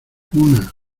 una